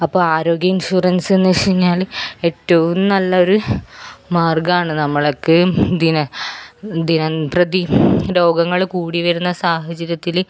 അപ്പോൾ ആരോഗ്യ ഇൻഷൂറൻസ് എന്ന് വെച്ച് കഴിഞ്ഞാൽ ഏറ്റവും നല്ല ഒരു മാർഗ്ഗമാണ് നമ്മളൊക്കെയും ദിനം ദിനം പ്രതി രോഗങ്ങൾ കൂടിവരുന്ന സാഹചര്യത്തിൽ